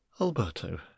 alberto